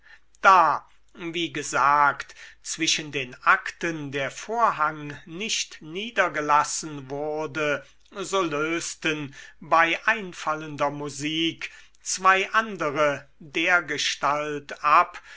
da wie gesagt zwischen den akten der vorhang nicht niedergelassen wurde so lösten bei einfallender musik zwei andere dergestalt ab